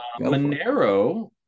monero